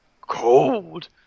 cold